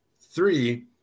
three